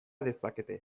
dezakete